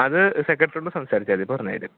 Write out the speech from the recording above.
അത് സെക്രട്ടറിയോട് സംസാരിച്ചാൽ മതി പറഞ്ഞുതരും